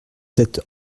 êtes